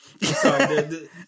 sorry